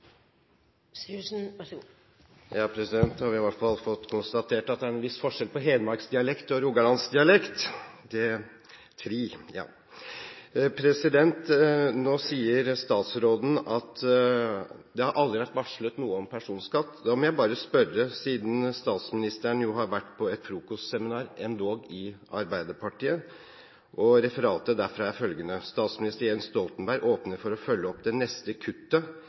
i formuesskatten. Så dette forslaget står ved lag, og det kommer i forbindelse med statsbudsjettet for 2014. Hans Olav Syversen – til oppfølgingsspørsmål. Da har vi i hvert fall fått konstatert at det er en viss forskjell på hedmarksdialekt og rogalandsdialekt! Nå sier statsråden at det aldri har vært varslet noe om personskatt. Men nå har statsministeren vært på et frokostseminar, endog i Arbeiderpartiet, og referatet derfra er følgende: «Statsminister Jens Stoltenberg åpner for å følge opp det neste kuttet